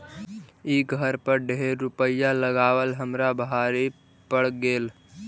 ई घर पर ढेर रूपईया लगाबल हमरा भारी पड़ गेल